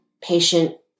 patient